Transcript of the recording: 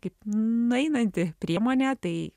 kaip nueinanti priemonė tai